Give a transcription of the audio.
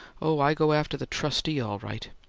oh, i go after the trustee, all right!